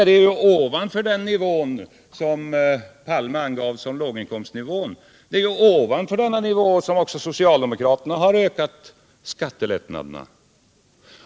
Det är ju ovanför den nivån, som herr Palme angav som låginkomstnivån, som också socialdemokraterna har ökat skattelättnaderna.